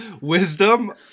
Wisdom